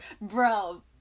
Bro